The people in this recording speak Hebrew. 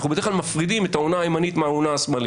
אנחנו בדרך כלל מפרידים את האונה הימנית מהאונה השמאלית.